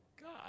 God